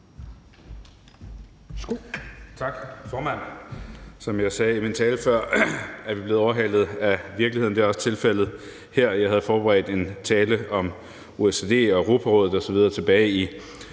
Tak, formand. Som jeg sagde i min tale før, er vi blevet overhalet af virkeligheden, og det er også tilfældet her. Jeg havde forberedt en tale om OSCE og Europarådet osv. tilbage i